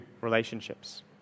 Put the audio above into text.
relationships